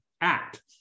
act